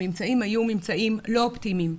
הממצאים היו ממצאים לא אופטימיים,